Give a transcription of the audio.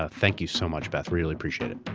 ah thank you so much beth, really appreciate it.